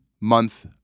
month